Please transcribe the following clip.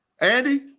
Andy